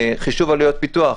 חישוב עלויות פיתוח,